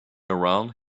around